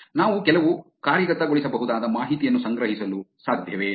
ನಾವು ಕೆಲವು ಕಾರ್ಯಗತಗೊಳಿಸಬಹುದಾದ ಮಾಹಿತಿಯನ್ನು ಸಂಗ್ರಹಿಸಲು ಸಾಧ್ಯವೇ